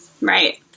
Right